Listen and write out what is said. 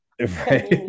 Right